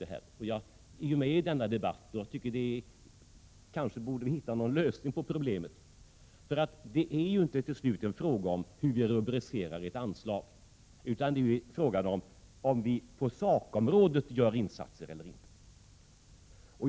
Jag är ju med i denna debatt och tycker att man kanske borde försöka hitta en lösning på problemet. Det är till slut inte en fråga om hur vi rubricerar ett anslag, utan det gäller om vi på sakområdet gör insatser eller inte.